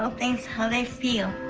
um things how they feel.